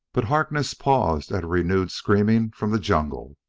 but harkness paused at a renewed screaming from the jungle.